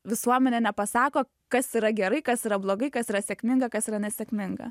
visuomenė nepasako kas yra gerai kas yra blogai kas yra sėkminga kas yra nesėkminga